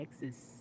Texas